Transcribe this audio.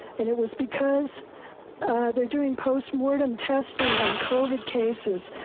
and it was because they're doing postmortem testing on covid cases.